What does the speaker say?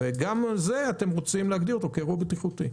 וגם אותו אתם רוצים להגדיר כאירוע בטיחותי.